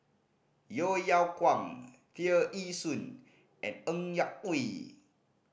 Yeo Yeow Kwang Tear Ee Soon and Ng Yak Whee